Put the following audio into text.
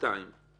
שנתיים למשל.